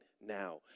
now